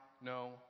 no